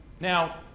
Now